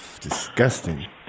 Disgusting